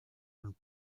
und